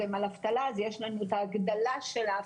הסרנו חסמים למיצוי מענק עבודה ואנחנו נאפשר לקבל אותו יותר בקלות.